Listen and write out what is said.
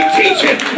teaching